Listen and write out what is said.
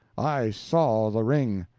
i saw the ring.